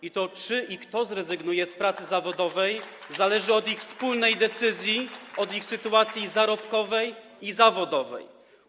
I to, czy i kto zrezygnuje z pracy zawodowej, zależy od ich wspólnej decyzji, od ich sytuacji zarobkowej i zawodowej.